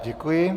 Děkuji.